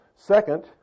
Second